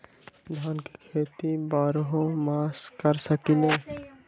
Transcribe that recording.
धान के खेती बारहों मास कर सकीले का?